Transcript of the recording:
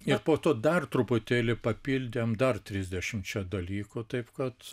ir po to dar truputėlį papildėm dar trisdešimčia dalykų taip kad